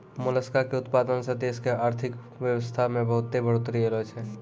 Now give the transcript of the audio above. मोलसका के उतपादन सें देश के आरथिक बेवसथा में बहुत्ते बढ़ोतरी ऐलोॅ छै